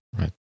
Right